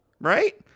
right